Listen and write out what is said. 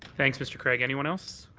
thanks, mr. craig. anyone else?